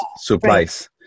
supplies